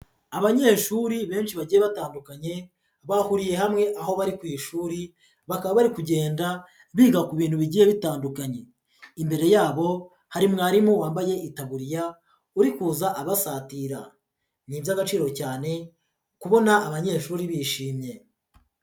Abanyeshuri benshi bagiye batandukanye bahuriye hamwe aho bari ku ishuri, bakaba bari kugenda biga ku bintu bigiye bitandukanye, imbere yabo hari mwarimu wambaye itaburiya uri kuza abasatira, ni iby'agaciro cyane kubona abanyeshuri bishimye.